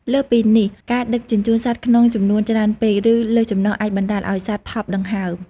លើសពីនេះ ការដឹកជញ្ជូនសត្វក្នុងចំនួនច្រើនពេក ឬលើសចំណុះអាចបណ្តាលឱ្យសត្វថប់ដង្ហើម ។